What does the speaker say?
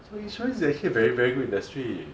so insurance is actually a very very good industry